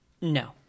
No